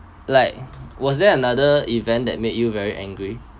like was there another event that made you very angry